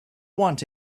want